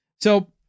So-